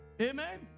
Amen